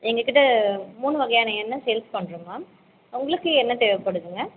எங்கள் கிட்டே மூணு வகையான எண்ணெய் சேல்ஸ் பண்ணுறோம் மேம் உங்களுக்கு என்ன தேவைப்படுதுங்க